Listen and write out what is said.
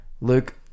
Luke